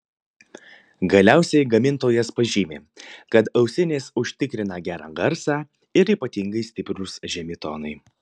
galiausiai gamintojas pažymi kad ausinės užtikrina gerą garsą ir ypatingai stiprūs žemi tonai